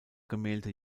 gemälde